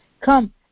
Come